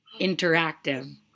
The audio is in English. interactive